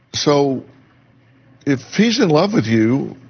so if he's in love with you.